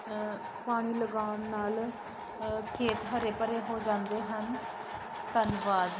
ਪਾਣੀ ਲਗਾਉਣ ਨਾਲ ਅ ਖੇਤ ਹਰੇ ਭਰੇ ਹੋ ਜਾਂਦੇ ਹਨ ਧੰਨਵਾਦ